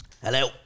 Hello